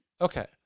Okay